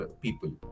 people